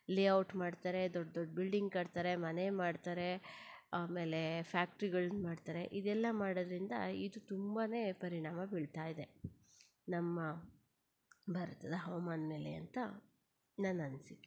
layout ಮಾಡ್ತಾರೆ ದೊಡ್ಡ ದೊಡ್ಡ ಬಿಲ್ಡಿಂಗ್ ಕಟ್ತಾರೆ ಮನೆ ಮಾಡ್ತಾರೆ ಆಮೇಲೆ ಫ್ಯಾಕ್ಟರಿಗಳ್ನ ಮಾಡ್ತಾರೆ ಇದೆಲ್ಲ ಮಾಡೋದ್ರಿಂದ ಇದು ತುಂಬಾ ಪರಿಣಾಮ ಬೀಳ್ತಾ ಇದೆ ನಮ್ಮ ಭಾರತದ ಹವ್ಮಾನ ಮೇಲೆ ಅಂತ ನನ್ನ ಅನಿಸಿಕೆ